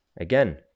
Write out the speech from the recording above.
again